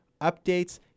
updates